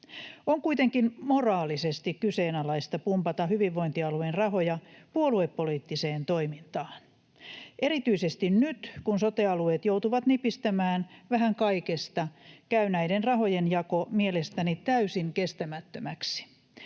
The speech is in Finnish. On kuitenkin moraalisesti kyseenalaista pumpata hyvinvointialueen rahoja puoluepoliittiseen toimintaan. Erityisesti nyt, kun sote-alueet joutuvat nipistämään vähän kaikesta, käy näiden rahojen jako mielestäni täysin kestämättömäksi.